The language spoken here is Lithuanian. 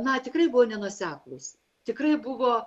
na tikrai buvo nenuoseklūs tikrai buvo